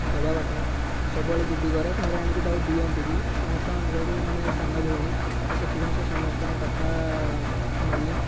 ସେ ସବୁବେଳେ ଜିଦି କରେ ଘରେ ଆଣିକି ତାକୁ ଦିଅନ୍ତି ବି ସମସ୍ତଙ୍କ ଯେହେତୁ ମାନେ ସାନ ଭଉଣୀ ସେଥିପାଇଁ ସେ ସମସ୍ତଙ୍କ କଥା ମାନେ